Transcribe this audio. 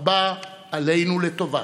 הבא עלינו לטובה.